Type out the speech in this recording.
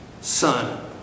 Son